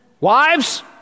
Wives